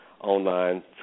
online